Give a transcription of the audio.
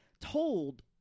told